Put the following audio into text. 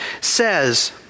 says